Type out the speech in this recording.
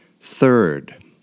Third